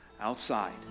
outside